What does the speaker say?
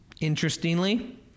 Interestingly